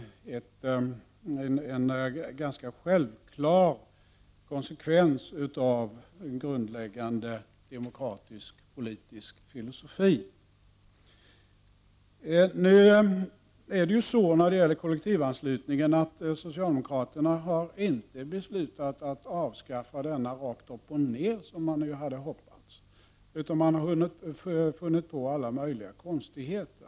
Det är en ganska självklar konsekvens av en grundläggande demokratisk-politisk filosofi. När det gäller kollektivanslutningen har socialdemokraterna inte beslutat att avskaffa denna rakt upp och ned, som man hoppats på, utan de har funnit på alla möjliga konstigheter.